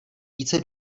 více